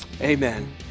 amen